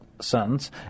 sentence